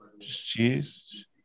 cheese